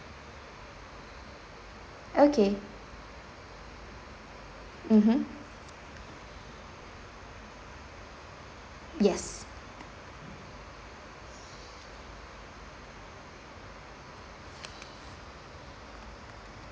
okay mmhmm yes